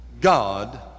God